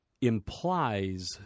implies